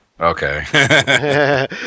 Okay